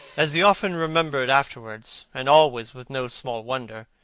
as he often remembered afterwards, and always with no small wonder,